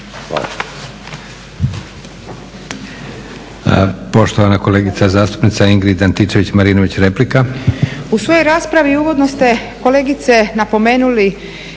Hvala.